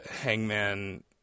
hangman